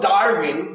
Darwin